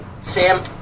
Sam